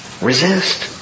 Resist